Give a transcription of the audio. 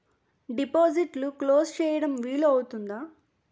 డిపాజిట్లు క్లోజ్ చేయడం వీలు అవుతుందా?